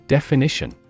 Definition